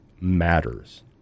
matters